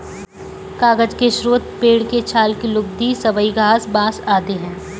कागज के स्रोत पेड़ के छाल की लुगदी, सबई घास, बाँस आदि हैं